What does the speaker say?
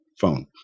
phone